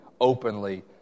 openly